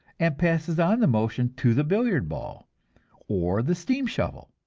and passes on the motion to the billiard ball or the steam shovel.